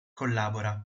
collabora